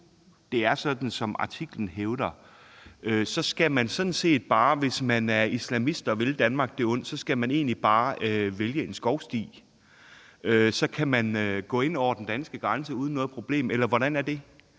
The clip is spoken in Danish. det er sådan, som artiklen hævder, skal man sådan set bare, hvis man er islamist og vil Danmark det ondt, vælge en skovsti. Så kan man gå ind over den danske grænse uden noget problem. Eller hvordan er det?